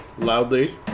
Loudly